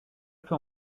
peut